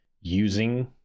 using